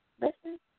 Listen